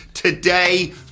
Today